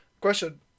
Question